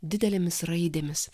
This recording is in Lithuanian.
didelėmis raidėmis